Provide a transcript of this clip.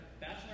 Bachelor